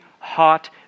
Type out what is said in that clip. Hot